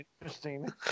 Interesting